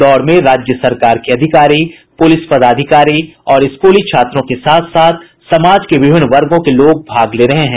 दौड़ में राज्य सरकार के अधिकारी पुलिस पदाधिकारी और स्कूली छात्रों के साथ साथ समाज के विभिन्न वर्गों के लोग भाग ले रहे हैं